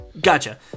Gotcha